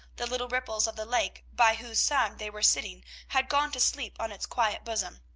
the little ripples of the lake by whose side they were sitting had gone to sleep on its quiet bosom.